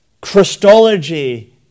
Christology